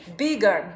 bigger